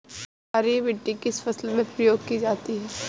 क्षारीय मिट्टी किस फसल में प्रयोग की जाती है?